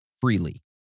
freely